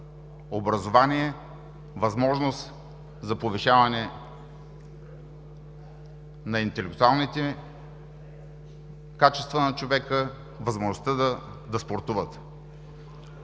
образование, възможност за повишаване на интелектуалните качества на човека, възможността да спортува.